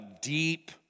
deep